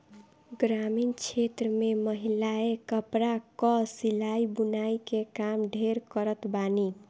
ग्रामीण क्षेत्र में महिलायें कपड़ा कअ सिलाई बुनाई के काम ढेर करत बानी